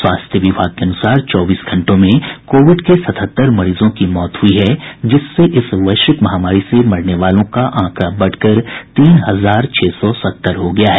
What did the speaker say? स्वास्थ्य विभाग के अनुसार चौबीस घंटों में कोविड के सतहत्तर मरीजों की मौत हुई है जिससे इस वैश्विक महामारी से मरने वालों का आंकड़ा बढ़कर तीन हजार छह सौ सत्तर हो गया है